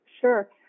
Sure